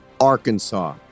Arkansas